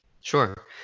Sure